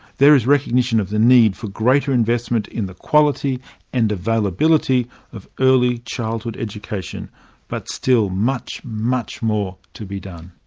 there is recognition of the need for greater investment in the quality and availability of early childhood education but still much, much more to be done.